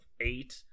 eight